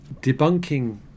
debunking